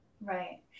Right